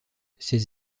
ses